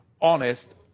honest